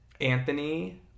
Anthony